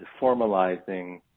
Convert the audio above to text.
formalizing